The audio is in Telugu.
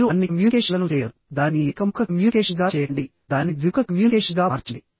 మీరు అన్ని కమ్యూనికేషన్లను చేయరు దానిని ఏక ముఖ కమ్యూనికేషన్గా చేయకండి దానిని ద్విముఖ కమ్యూనికేషన్గా మార్చండి